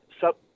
sub